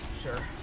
Sure